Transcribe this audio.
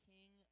King